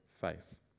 face